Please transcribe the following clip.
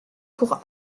pour